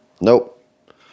Nope